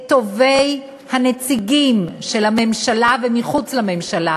את טובי הנציגים של הממשלה ומחוץ לממשלה,